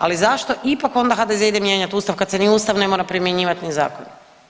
Ali zašto ipak onda HDZ ide mijenjati Ustav kad se ni Ustav ne mora primjenjivati ni zakon?